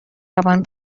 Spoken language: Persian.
روان